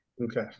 Okay